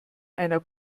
einer